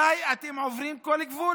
די, אתם עוברים כל גבול.